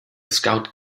scout